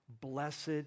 Blessed